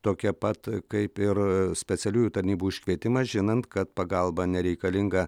tokia pat kaip ir specialiųjų tarnybų iškvietimas žinant kad pagalba nereikalinga